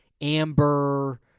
amber